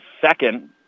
second